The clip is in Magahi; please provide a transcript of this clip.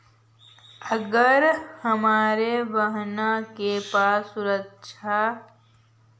अगर हमर बहिन के पास सुरक्षा या संपार्श्विक ना हई त उ कृषि लोन कईसे ले सक हई?